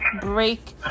break